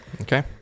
Okay